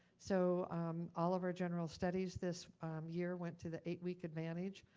so all of our general studies this year went to the eight-week advantage.